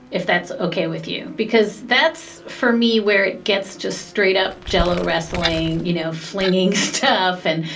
if that's ok with you, because that's for me, where it gets just straight up jello wrestling, you know, flinging stuff. and,